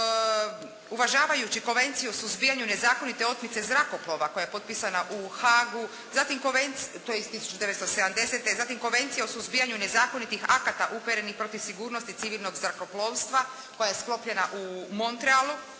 uvažavajući Konvenciju o suzbijanju nezakonite otmice zrakoplova koja je potpisana u Haagu. Zatim Konvencija, to je iz 1970., zatim Konvencija o suzbijanju nezakonitih akata uperenih protiv sigurnosti civilnog zrakoplovstva koja je sklopljena u Montrealu,